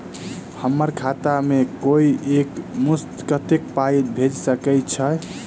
हम्मर खाता मे कोइ एक मुस्त कत्तेक पाई भेजि सकय छई?